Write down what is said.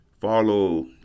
follow